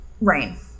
rain